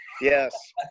Yes